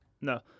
no